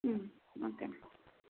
okay అండి